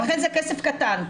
לכן זה כסף קטן.